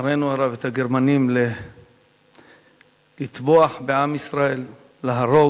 לצערנו הרב, את הגרמנים לטבוח בעם ישראל, להרוג.